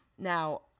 Now